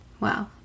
wow